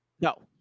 No